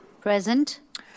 Present